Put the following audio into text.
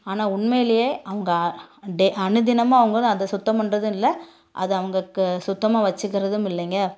ஆனால் உண்மையிலேயே அவங்க டே அனுதினமும் அவங்க அதை சுத்தம் பண்றதும் இல்லை அதை அவங்களுக்கு சுத்தமாக வச்சுக்கிறதும் இல்லைங்க